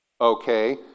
Okay